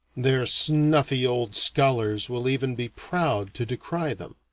their snuffy old scholars will even be proud to decry them.